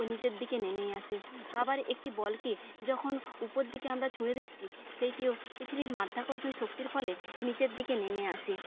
নিচের দিকে নেমেই আসে আবার একটি বলকে যখন উপর দিকে আমরা ছুড়ে দিচ্ছি সেইটিও পৃথিবীর মাধ্যাকর্ষণ শক্তির ফলে নিচের দিকে নেমে আসে